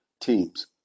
teams